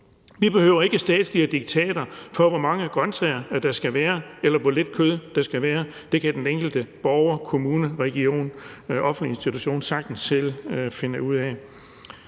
Vi behøver ikke statslige diktater for, hvor mange grøntsager der skal være, eller hvor lidt kød der skal være. Det kan den enkelte borger, kommune, region og offentlige institution sagtens selv finde ud af.